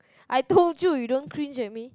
I told you you don't cringe at me